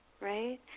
Right